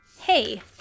Hey